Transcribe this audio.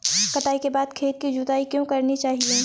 कटाई के बाद खेत की जुताई क्यो करनी चाहिए?